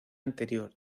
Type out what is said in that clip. anterior